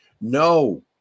No